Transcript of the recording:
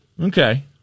Okay